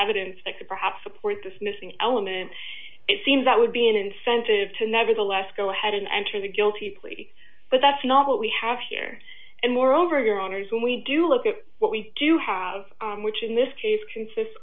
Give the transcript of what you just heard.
evidence that could perhaps support this missing element it seems that would be an incentive to nevertheless go ahead and enter the guilty plea but that's not what we have here and moreover your honour's when we do look at what we do have which in this case consists